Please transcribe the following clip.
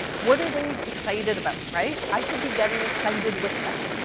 what are they excited about, right? i should be getting excited with them.